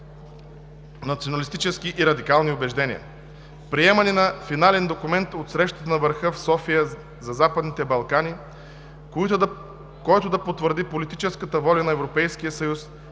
националистически и радикални убеждения; - приемане на финален документ от срещата на върха в София за Западните Балкани, който да потвърди политическата воля на Европейския съюз